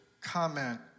comment